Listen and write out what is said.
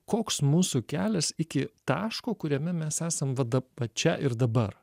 koks mūsų kelias iki taško kuriame mes esam va da va čia ir dabar